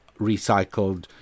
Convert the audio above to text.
recycled